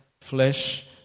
flesh